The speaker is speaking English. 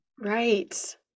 right